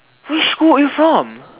which school were you from